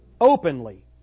Openly